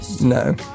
no